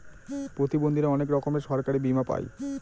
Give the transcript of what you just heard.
প্রতিবন্ধীরা অনেক রকমের সরকারি বীমা পাই